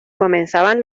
comenzaban